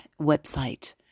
website